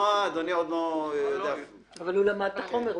לא, אדוני עוד לא --- אבל הוא למד את החומר.